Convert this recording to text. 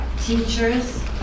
teachers